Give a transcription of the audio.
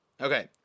okay